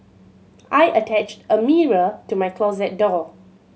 I attached a mirror to my closet door